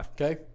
Okay